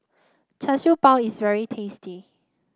Char Siew Bao is very tasty